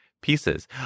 pieces